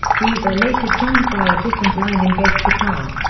these are later joined by a different line in bass guitar.